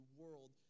world